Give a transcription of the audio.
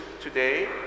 today